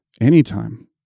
anytime